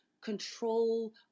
control